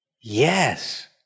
Yes